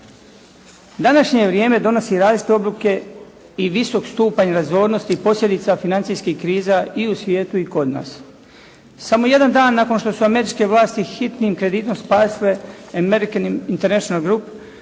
Današnje vrijeme donosi različite odluke i visok stupanj razornosti posljedica financijskih kriza i u svijetu i kod nas. Samo jedan dan nakon što su američke vlasti hitnim kreditom spasile "American international group",